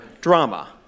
drama